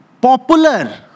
popular